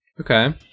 Okay